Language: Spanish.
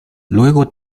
luego